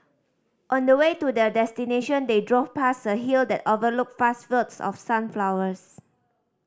on the way to their destination they drove past a hill that overlooked vast fields of sunflowers